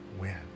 win